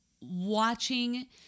watching